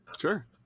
Sure